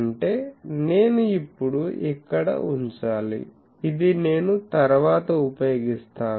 అంటే నేను ఇప్పుడు ఇక్కడ ఉంచాలి ఇది నేను తరువాత ఉపయోగిస్తాను